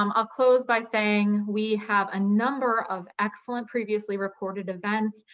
um i'll close by saying, we have a number of excellent previously recorded events,